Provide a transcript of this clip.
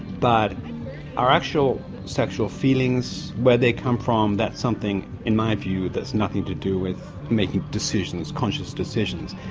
but our actual sexual feelings, where they come from, that's something in my view that's nothing to do with making decisions, conscious decisions.